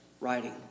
writing